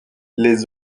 les